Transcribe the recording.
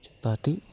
ചപ്പാത്തി